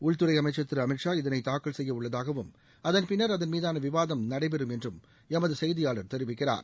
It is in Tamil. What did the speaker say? உள்துறை அமைச்சர் திரு அமித் ஷா இதனை தாக்கல் செய்ய உள்ளதாகவும் அதன்பின்னர் அதன் மீதான விவாதம் நடைபெறும் என்றும் எமது செய்தியாளர் தெரிவிக்கிறார்